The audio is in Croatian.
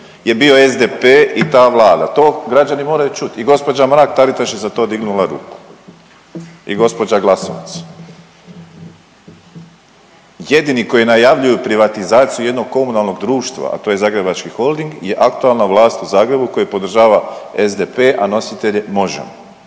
je bio SDP i ta Vlada, to građani moraju čuti i gđa. Mrak-Taritaš je za to dignula ruku i gđa. Glasovac. Jedini koji najavljuju privatizaciju jednom komunalnog društva, a to je Zagrebački holding je aktualna vlast u Zagrebu koje podržava SDP, a nositelj je Možemo!.